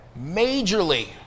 Majorly